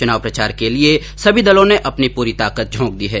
चुनाव प्रचार के लिये सभी दलों ने अपनी पूरी ताकत झोंक दी है